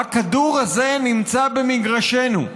הכדור הזה נמצא במגרשנו.